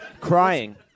Crying